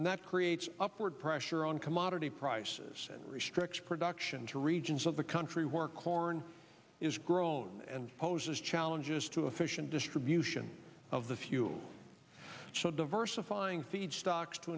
and that creates upward pressure on commodity prices and restricts production to regions of the country were corn is grown and poses challenges to efficient distribution of the few so diversifying feedstocks to